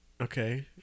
Okay